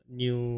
new